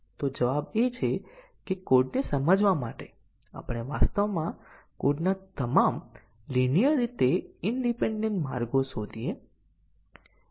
અને તે પ્રત્યેક પ્રોગ્રામમાં ત્રણ પ્રકારના સ્ટેટમેન્ટ શામેલ છે તે સમજવાના આધારે છે સિક્વન્સ સેલેક્શન અને સ્ટેટમેન્ટ ના ઇટરેશન પ્રકાર છે